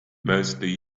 mostly